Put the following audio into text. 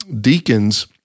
deacons